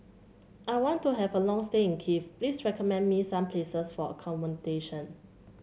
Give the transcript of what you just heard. I want to have a long stay in Kiev please recommend me some places for accommodation